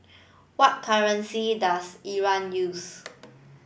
what currency does Iran use